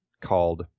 called